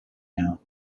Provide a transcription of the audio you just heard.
now